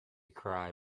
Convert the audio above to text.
cry